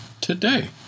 today